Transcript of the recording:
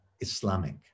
Islamic